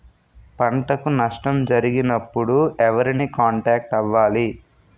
పంటకు నష్టం జరిగినప్పుడు ఎవరిని కాంటాక్ట్ అవ్వాలి?